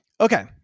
Okay